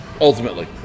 Ultimately